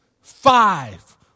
five